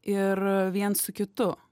ir viens su kitu